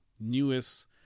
newest